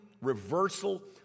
reversal